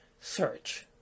search